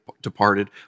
departed